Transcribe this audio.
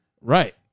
Right